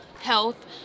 health